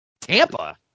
Tampa